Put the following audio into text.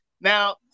Now